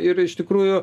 ir iš tikrųjų